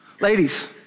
Ladies